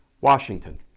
Washington